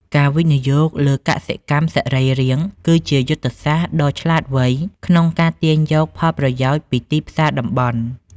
ការវិនិយោគលើកសិកម្មសរីរាង្គគឺជាយុទ្ធសាស្ត្រដ៏ឆ្លាតវៃក្នុងការទាញយកផលប្រយោជន៍ពីទីផ្សារតំបន់។